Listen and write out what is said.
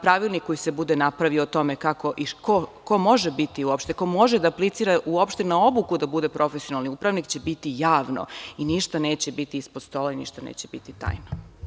Pravilnik koji se bude napravio o tome kako i ko može biti, ko može da aplicira u opštinama na obuku da bude profesionalni upravnik će biti javno i ništa neće biti ispod stola i ništa neće biti tajno.